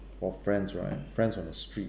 for friends right friends from the streets